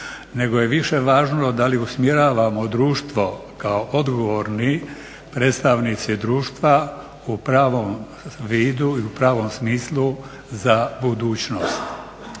nego je više važno da li usmjeravamo društvo kako odgovorni predstavnici društva u pravom vidu i u pravom smislu za budućnost.